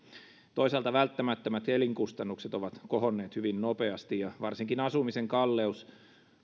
toisaalta välttämättömät elinkustannukset ovat kohonneet hyvin nopeasti ja varsinkin asumisen kalleus